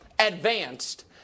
Advanced